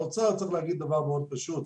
לאוצר צריך להגיד דבר מאוד פשוט.